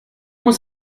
muss